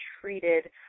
treated